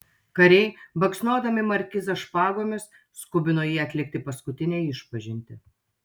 kariai baksnodami markizą špagomis skubino jį atlikti paskutinę išpažintį